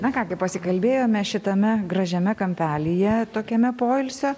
na ką gi pasikalbėjome šitame gražiame kampelyje tokiame poilsio